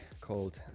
called